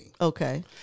okay